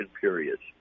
periods